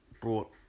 brought